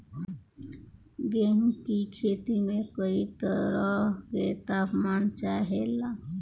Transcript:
गेहू की खेती में कयी तरह के ताप मान चाहे ला